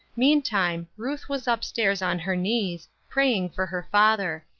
meantime, ruth was up-stairs on her knees, praying for her father.